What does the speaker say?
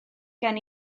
gen